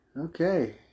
Okay